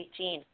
18